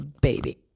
baby